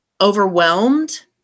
overwhelmed